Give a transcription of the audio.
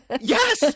Yes